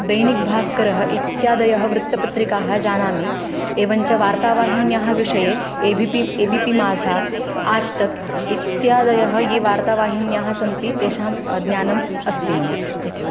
दैनिकभास्करः इत्यादयः वृत्तपत्रिकाः जानामि एवञ्च वार्तावाहिन्याः विषये A B P A B P Majha Aaj Tak इत्यादयः ये वार्तावाहिन्यः सन्ति तेषां ज्ञानम् अस्ति मम इति